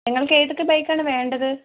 നിങ്ങൾക്ക് ഏതൊക്കെ ബൈക്ക് ആണ് വേണ്ടത്